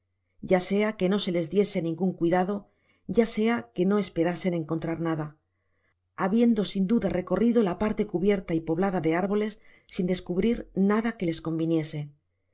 ya sea que no se les diese ningun cuidado ya sea que no esperasen encontrar nada habiendo sin duda recorrido la parte cubierta y poblada de árboles sin descubrir nada que les conviniese